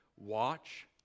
Watch